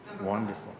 Wonderful